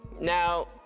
Now